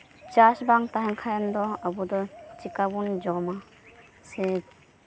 ᱪᱟᱥ ᱵᱟᱝ ᱛᱟᱦᱮᱱ ᱠᱷᱟᱱᱫᱚ ᱟᱵᱚᱫᱚ ᱪᱤᱠᱟᱵᱚᱱ ᱡᱚᱢᱟ ᱥᱮ